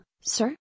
sir